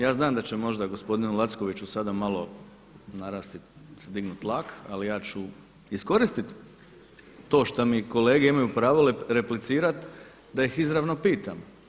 Ja znam da će možda gospodinu Lackoviću sada malo narasti, se dignuti tlak ali ja ću iskoristiti to što mi kolege imaju pravo replicirati da ih izravno pitam.